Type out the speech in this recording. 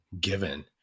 given